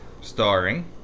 Starring